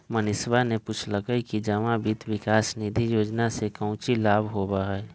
मनीषवा ने पूछल कई कि जमा वित्त विकास निधि योजना से काउची लाभ होबा हई?